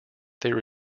there